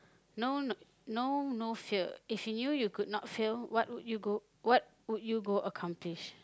no no no no fear if it you you could not fail what would you go what would you go accomplish